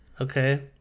Okay